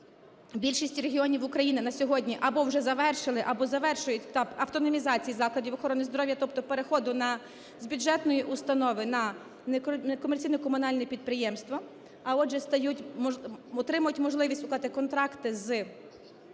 більшість регіонів України на сьогодні або вже завершили, або завершують етап автономізації закладів охорони здоров'я, тобто переходу з бюджетної установи на некомерційне комунальне підприємство, а отже, стають, отримують можливість укладати контракти з